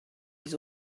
les